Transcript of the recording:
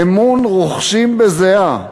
אמון רוכשים בזיעה.